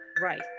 right